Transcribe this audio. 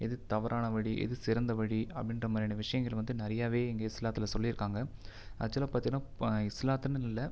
எது தவறான வழி எது சிறந்த வழி அப்படின்ற மாதிரியானா விஷயங்கள் வந்து நிறையவே எங்கள் இஸ்லாத்தில் சொல்லிருகாங்க ஆக்ஜூவல்லாக பார்த்தன்னா இஸ்லாத்துன்னு இல்லை